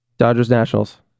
Dodgers-Nationals